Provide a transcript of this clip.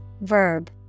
verb